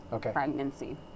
pregnancy